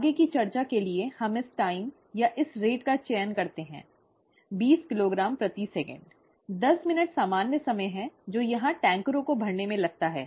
आगे की चर्चा के लिए हम इस समय या इस दर का चयन करते हैं बीस किलोग्राम प्रति सेकंड दस मिनट सामान्य समय है जो यहां टैंकरों को भरने में लगता है